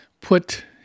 put